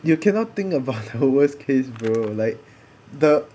you cannot think about the worst case bro like the